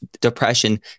depression